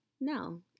No